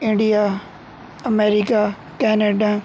India America Canada